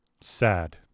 Sad